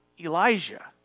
Elijah